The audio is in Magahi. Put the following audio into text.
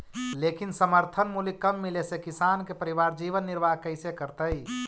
लेकिन समर्थन मूल्य कम मिले से किसान के परिवार जीवन निर्वाह कइसे करतइ?